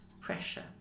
pressure